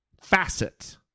facet